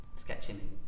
sketching